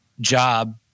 job